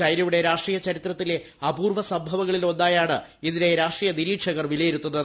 ചൈനയുടെ രാഷ്ട്രീയ ചരിത്രത്തിലെ അപൂർവ്വ സംഭവങ്ങളിൽ ഒന്നായാണ് ഇതിനെ രാഷ്ട്രീയ നിരീക്ഷകർ വിലയിരുത്തുന്നത്